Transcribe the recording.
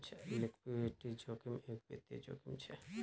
liquidity जोखिम एक वित्तिय जोखिम छे